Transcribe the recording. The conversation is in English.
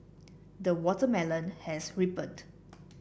the watermelon has ripened